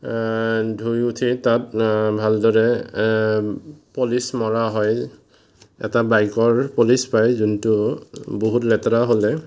ধুই উঠি তাত ভালদৰে পলিচ মৰা হয় এটা বাইকৰ পলিচ পায় যোনটো বহুত লেতেৰা হ'লে